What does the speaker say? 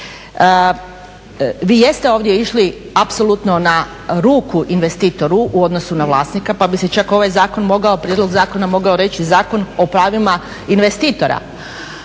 Vi jeste ovdje išli apsolutno na ruku investitoru u odnosu na vlasnika pa bi se čak ovaj prijedlog zakona mogao reći Zakon o pravima investitora